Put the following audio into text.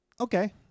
okay